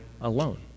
alone